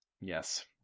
Yes